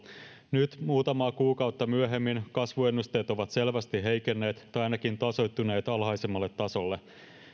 nyt muutamaa kuukautta myöhemmin kasvuennusteet ovat selvästi heikenneet tai ainakin tasoittuneet alhaisemmalle tasolle